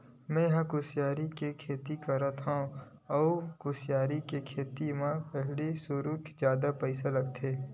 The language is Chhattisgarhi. मेंहा ह कुसियार के खेती करत हँव अउ कुसियार के खेती म पहिली सुरु जादा पइसा लगथे